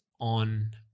on –